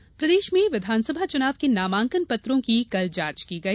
नामांकन जांच प्रदेश में विधानसभा चुनाव के नामांकन पत्रों की कल जांच की गई